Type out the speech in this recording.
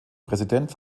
präsident